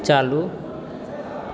चालू